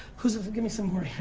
who's a, give me some more,